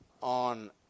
on